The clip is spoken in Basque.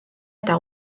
eta